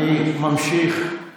האם זה